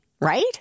right